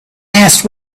asked